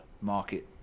market